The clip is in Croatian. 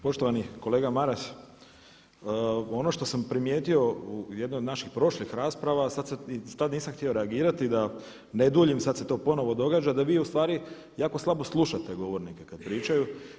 Poštovani kolega Maras, ono što sam primijetio u jednoj od naših prošlih rasprava i tada nisam htio reagirati da ne duljim, sada se to ponovno događa da vi ustvari jako slabo slušate govornike kada pričaju.